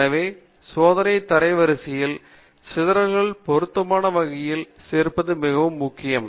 எனவே சோதனைத் தரவரிசையில் சிதறல்களை பொருத்தமான வகையில் சேர்ப்பது மிகவும் முக்கியம்